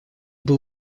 был